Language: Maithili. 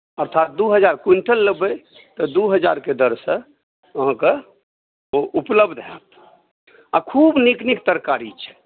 अर्थात दू हजार क़्विन्टल लेबै तऽ दू हजारके दरसे अहाँकेँ ओ उपलब्ध हैत आ खूब नीक नीक तरकारी छै